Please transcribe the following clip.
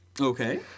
Okay